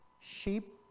sheep